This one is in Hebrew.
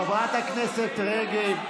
חברת הכנסת רגב,